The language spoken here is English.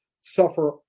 suffer